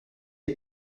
est